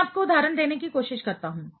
मैं आपको उदाहरण देने की कोशिश करता हूं